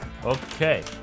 Okay